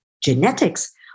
genetics